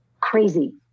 crazy